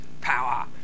Power